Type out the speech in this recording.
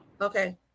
Okay